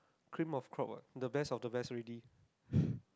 cream of clock what the best of the best already